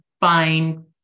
fine